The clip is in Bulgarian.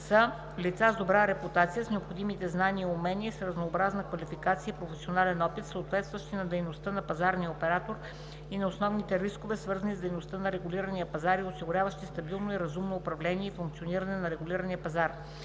са лица с добра репутация, с необходимите знания, умения и с разнообразна квалификация и професионален опит, съответстващи на дейността на пазарния оператор и на основните рискове, свързани с дейността на регулирания пазар, и осигуряващи стабилното и разумно управление и функциониране на регулирания пазар.